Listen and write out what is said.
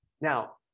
Now